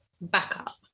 backup